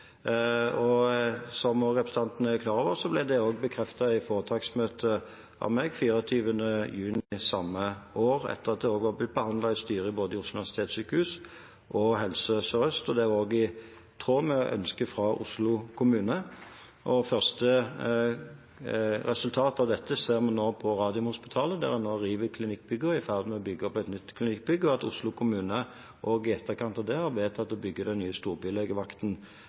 Og som representanten også er klar over, ble det bekreftet av meg i foretaksmøte den 24. juni samme år, etter at det også var blitt behandlet i styrene både i Oslo universitetssykehus og i Helse Sør-Øst. Det er også i tråd med ønsket fra Oslo kommune. Det første resultatet av dette ser vi nå på Radiumhospitalet, der en nå river klinikkbygget og er i ferd med å bygge opp et nytt klinikkbygg, og Oslo kommune har også i etterkant av det vedtatt å bygge den nye storbylegevakten